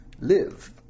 live